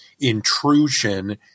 intrusion